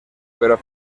pero